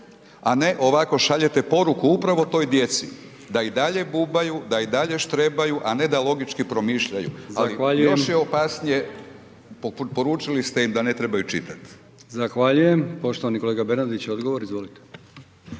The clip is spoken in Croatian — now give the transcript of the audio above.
a ne ovako šaljete poruku upravo toj djeci da i dalje bubaju, da i dalje štrebaju, a ne da logički promišljaju, a …/Upadica: Zahvaljujem./… još je opasnije, poručili ste im da ne trebaju čitati. **Brkić, Milijan (HDZ)** Zahvaljujem. Poštovani kolega Bernardić odgovor izvolite.